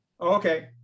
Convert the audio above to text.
Okay